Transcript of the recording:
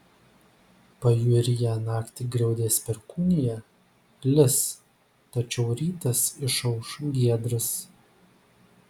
pajūryje naktį griaudės perkūnija lis tačiau rytas išauš giedras